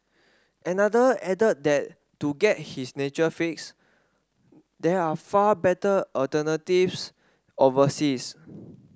another added that to get his nature fix there are far better alternatives overseas